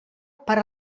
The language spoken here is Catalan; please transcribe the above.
per